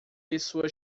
pessoa